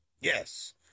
Yes